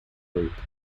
group